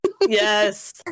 Yes